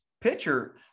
pitcher